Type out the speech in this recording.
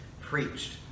preached